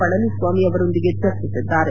ಪಳನಿಸ್ಲಾಮಿ ಅವರೊಂದಿಗೆ ಚರ್ಚಿಸಿದ್ದಾರೆ